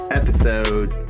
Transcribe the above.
episode